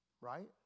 Right